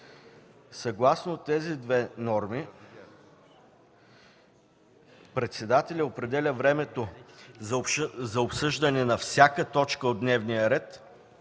Съгласно тези две норми председателят определя времето за обсъждане на всяка точка от дневния ред,